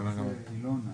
בסדר גמור.